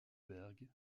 berg